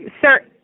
sir